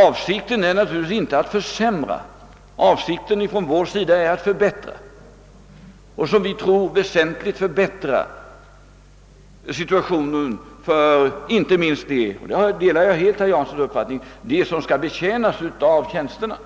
Avsikten från vår sida är naturligtvis inte att försämra någonting, utan i stället att söka — som vi hoppas — väsentligt förbättra situationen, inte minst för dem som skall åtnjuta tjänsterna.